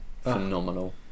phenomenal